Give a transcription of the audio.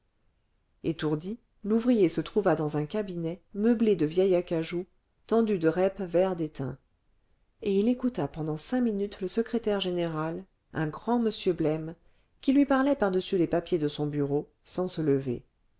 étourdi l'ouvrier se trouva dans un cabinet meublé de vieil acajou tendu de reps vert déteint et il écouta pendant cinq minutes le secrétaire général un grand monsieur blême qui lui parlait par-dessus les papiers de son bureau sans se lever